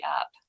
up